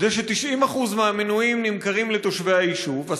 זה ש-90% מהמינויים נמכרים לתושבי היישוב,